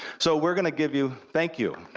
so we're gonna give you, thank you.